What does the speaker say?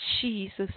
Jesus